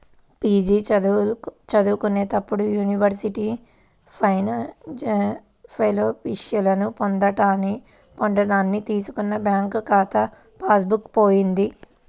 PG చదువుకునేటప్పుడు university ఫెలోషిప్పులను పొందడానికి తీసుకున్న బ్యాంకు ఖాతా పాస్ బుక్ పోయింది